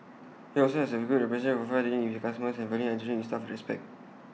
IT also has A good reputation for fair dealing with its customers and valuing and treating its staff with respect